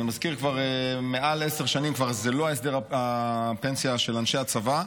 אני מזכיר שכבר מעל עשר שנים זה לא הסדר הפנסיה של אנשי הצבא,